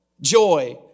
joy